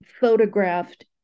photographed